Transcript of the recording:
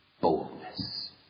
boldness